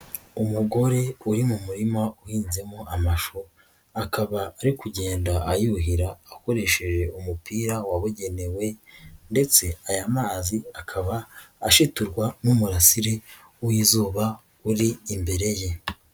Umugore uri mu murima uhinzemo amashu akaba ari kugenda ayuhira akoresheje umupira wabugenewe, ndetse aya mazi akaba asheturwa n'umurasire w'izuba uri imbere ye.